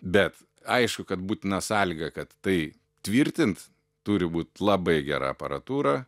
bet aišku kad būtina sąlyga kad tai tvirtint turi būt labai gera aparatūra